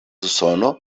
usono